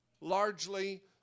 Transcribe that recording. Largely